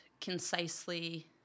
concisely